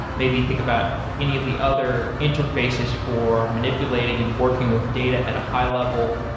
maybe you think about any of the other interfaces for manipulating and working with data at a high level.